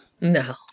No